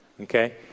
okay